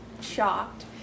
shocked